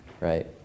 right